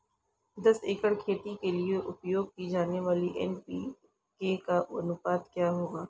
दस एकड़ खेती के लिए उपयोग की जाने वाली एन.पी.के का अनुपात क्या होगा?